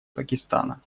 пакистана